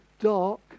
dark